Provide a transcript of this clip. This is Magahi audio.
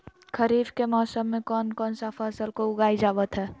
खरीफ के मौसम में कौन कौन सा फसल को उगाई जावत हैं?